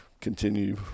continue